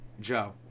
Joe